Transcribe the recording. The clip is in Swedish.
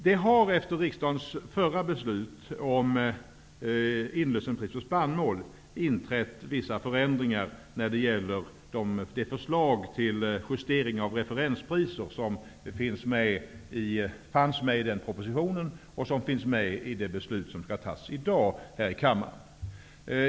Det har efter riksdagens förra beslut om inlösenpriset för spannmål inträtt vissa förändringar i det förslag till justering av referenspriser som fanns med i propositionen och som finns med i det beslut som skall fattas här i kammaren.